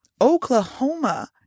Oklahoma